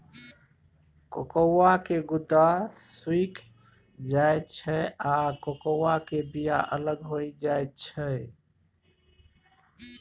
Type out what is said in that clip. cocoa के गुद्दा सुइख जाइ छइ आ कोकोआ के बिया अलग हो जाइ छइ